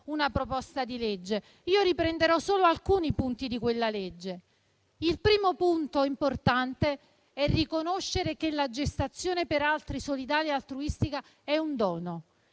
una proposta di legge. Di essa io riprenderò solo alcuni punti. Il primo punto importante è riconoscere che la gestazione per altri solidale e altruistica è un dono.